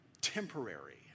temporary